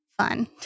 fun